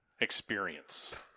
experience